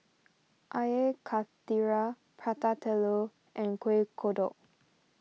Air Karthira Prata Telur and Kueh Kodok